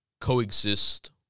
coexist